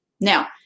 Now